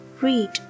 Read